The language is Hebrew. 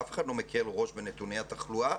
אף אחד לא מקל ראש בנתוני התחלואה,